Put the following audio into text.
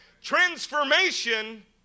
Transformation